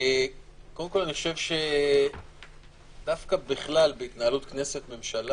קודם כול, דווקא בהתנהלות כנסת-ממשלה,